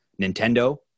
Nintendo